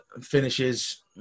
finishes